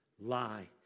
lie